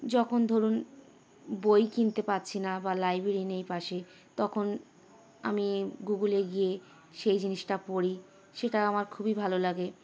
যখন ধরুন বই কিনতে পাচ্ছি না বা লাইব্রেরি নিয়েই পাশে তখন আমি গুগুলে গিয়ে সেই জিনিসটা পড়ি সেটা আমার খুবই ভালো লাগে